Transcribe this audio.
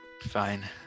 Fine